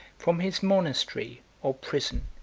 from his monastery, or prison,